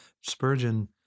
Spurgeon